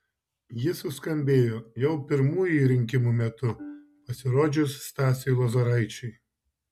ji suskambėjo jau pirmųjų rinkimų metu pasirodžius stasiui lozoraičiui